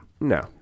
No